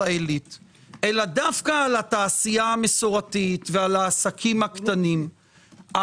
העלית אלא דווקא על התעשייה המסורתית ועל העסקים הקטנים.